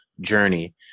journey